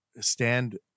stand